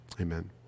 amen